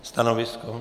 Stanovisko?